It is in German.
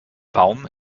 baum